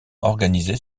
organisé